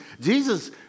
Jesus